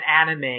anime